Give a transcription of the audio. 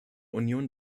union